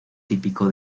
típico